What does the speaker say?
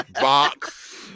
Box